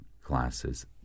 classes